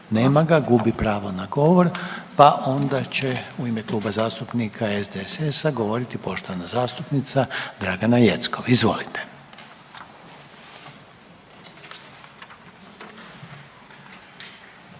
Nema ga, gubi pravo na govor pa onda će u ime Kluba zastupnika SDSS-a govoriti poštovana zastupnica Dragana Jeckov. Izvolite.